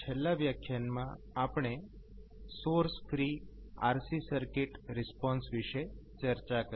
છેલ્લા વ્યાખ્યાનમાં આપણે source free RC circuit response વિશે ચર્ચા કરી